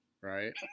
Right